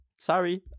sorry